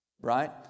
Right